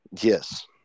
Yes